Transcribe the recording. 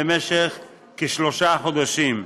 למשך כשלושה חודשים.